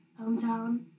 hometown